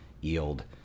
yield